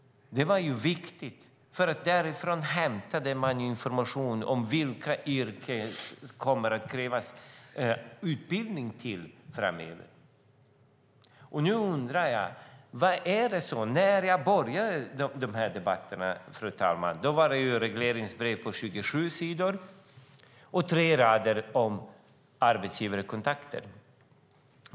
Det är viktigt, för därifrån hämtar man information om vilka yrken som det kommer att krävas utbildning till framöver. När jag började de här debatterna, fru talman, var det regleringsbrev på 27 sidor och tre rader om arbetsgivarkontakter.